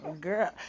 Girl